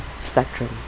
spectrum